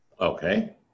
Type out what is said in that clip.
Okay